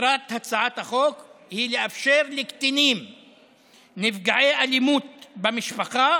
מטרת הצעת החוק היא לאפשר לקטינים נפגעי אלימות במשפחה